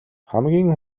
хамгийн